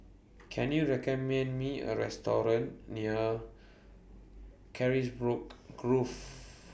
Can YOU recommend Me A Restaurant near Carisbrooke Grove